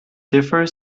differ